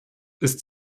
ist